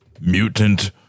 mutant